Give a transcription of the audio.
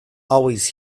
always